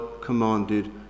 commanded